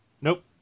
Nope